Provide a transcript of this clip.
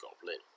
goblin